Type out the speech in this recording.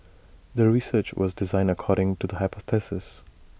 the research was designed according to the hypothesis